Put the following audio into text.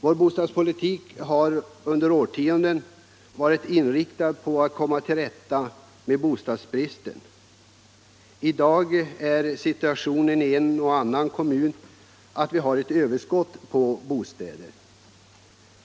Vår bostadspolitik har under årtionden varit inriktad på att komma till rätta med bostadsbristen. I dag har en och annan kommun ett överskott på bostäder.